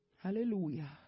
Hallelujah